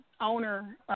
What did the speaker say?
owner